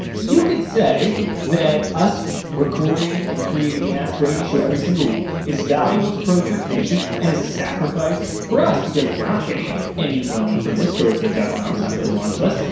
you could say that us recording and creating the ask brady show every single week is valuable to pro church nation and is a sacrifice for us because we're not getting any money from this, storytape com, sign up for the launch list.